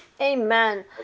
Amen